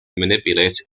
manipulate